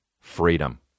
Freedom